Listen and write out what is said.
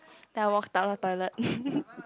then I walked out the toilet